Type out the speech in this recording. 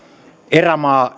erämaa